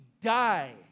die